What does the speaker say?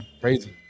crazy